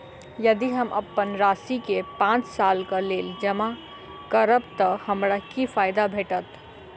यदि हम अप्पन राशि केँ पांच सालक लेल जमा करब तऽ हमरा की फायदा भेटत?